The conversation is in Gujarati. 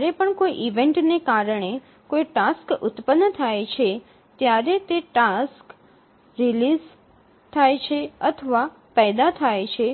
જ્યારે પણ કોઈ ઇવેન્ટને કારણે કોઈ ટાસ્ક ઉત્પન્ન થાય છે ત્યારે તે ટાસ્ક રિલીઝ થાય છે અથવા પેદા થાય છે